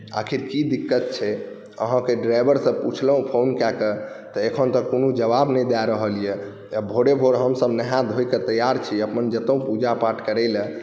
आखिर की दिक्क्त छै अहाँके ड्राइवरसँ पुछलहुँ फोन कए कऽ तऽ एखन तक कोनो जवाब नहि दऽ रहल यए भोरे भोर हमसभ नहाए धो कऽ तैआर छी अपन जैतहुँ पूजा पाठ करैले